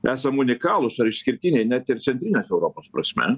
esam unikalūs ar išskirtiniai net ir centrinės europos prasme